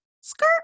skirt